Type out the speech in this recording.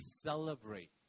celebrate